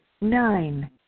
Nine